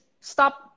stop